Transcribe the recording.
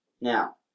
Now